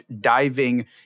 diving